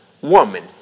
Woman